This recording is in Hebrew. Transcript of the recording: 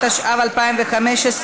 התשע"ה 2015,